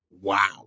Wow